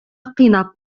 кыйнап